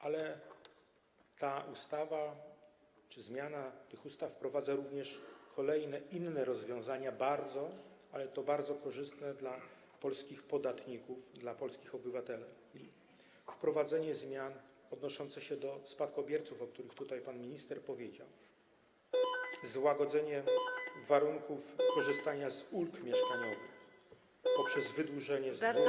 Ale ta ustawa czy zmiana tych ustaw wprowadza również kolejne rozwiązania bardzo, ale to bardzo korzystne dla polskich podatników, dla polskich obywateli: zmiany odnoszące się do spadkobierców, o których tutaj pan minister powiedział, złagodzenie warunków korzystania z ulg mieszkaniowych poprzez wydłużenie z 2 do 3 lat.